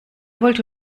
wollte